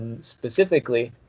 Specifically